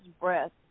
breath